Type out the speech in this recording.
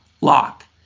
lock